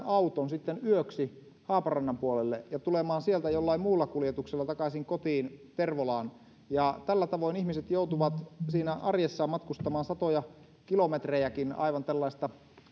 auton yöksi haaparannan puolelle ja tulemaan sieltä jollain muulla kuljetuksella takaisin kotiin tervolaan tällä tavoin ihmiset joutuvat siinä arjessaan matkustamaan satoja kilometrejäkin aivan tällaista